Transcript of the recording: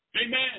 Amen